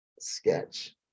sketch